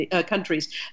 countries